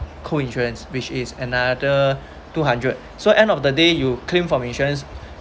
co insurance which is another two hundred so end of the day you claim from insurance